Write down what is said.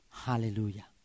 Hallelujah